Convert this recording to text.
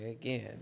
again